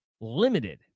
limited